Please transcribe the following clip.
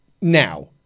Now